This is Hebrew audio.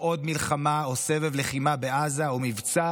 אלה לא עוד מלחמה או סבב לחימה בעזה או מבצע